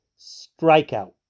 strikeout